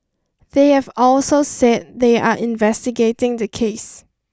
they have also said they are investigating the case